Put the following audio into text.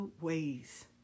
ways